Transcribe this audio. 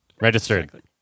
Registered